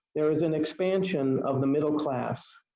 there is an expansion of the middle class.